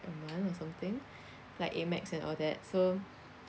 a month or something like Amex and all that so